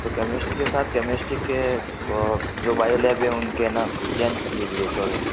तो कैमिस्ट्री के साथ कैमिस्ट्री के जो बायो लैब हैं उनके है ना चेंज कीजिए थोड़े